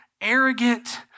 arrogant